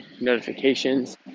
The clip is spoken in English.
notifications